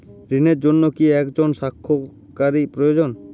ঋণের জন্য কি একজন স্বাক্ষরকারী প্রয়োজন?